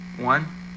One